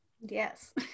Yes